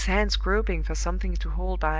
with his hands groping for something to hold by,